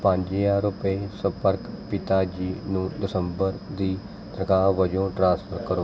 ਪੰਜ ਹਜ਼ਾਰ ਰੁਪਏ ਸੰਪਰਕ ਪਿਤਾ ਜੀ ਨੂੰ ਦਸੰਬਰ ਦੀ ਤਨਖਾਹ ਵਜੋਂ ਟ੍ਰਾਂਸਫਰ ਕਰੋ